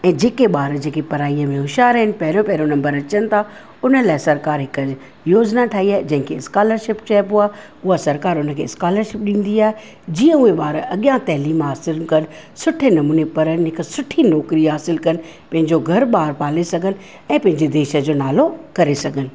ऐं जेके ॿार जेकी पढ़ाईअ में होशियार आहिनि पहिरियों पहिरियों नम्बर अचनि था हुन लाइ सरकारि हिक योजिना ठाही आहे जंहिं खे स्कॉलरशिप चइबो आहे उहा सरकारि हुनखे स्कॉलरशिप ॾींदी आहे जीअं उहे ॿार अॻियां तैलीम हासिलु कनि सुठे नमूने पढ़नि हिक सुठी नौकिरी हासिलु कनि पंहिंजो घर ॿार पाले सघनि ऐं पंहिंजे देश जो नालो करे सघनि